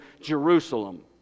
Jerusalem